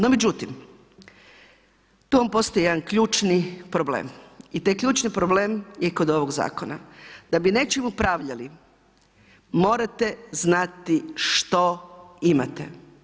No međutim, tu postoji jedan ključni problem i taj ključni problem je kod ovog zakona, da bi nečim upravljali morate znati što imate.